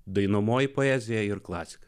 dainuojamoji poezija ir klasika